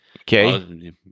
Okay